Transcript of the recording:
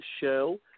show